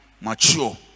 mature